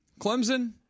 Clemson